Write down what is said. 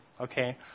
Okay